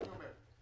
אני אומר,